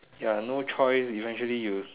ya no choice eventually you